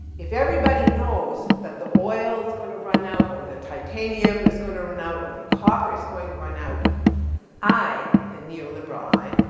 if everybody knows that the oil is gonna run out, or the titanium is gonna run out, or the copper is going to run out i, the neo-liberal i,